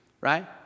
Right